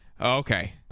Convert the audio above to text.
okay